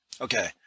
Okay